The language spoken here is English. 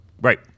Right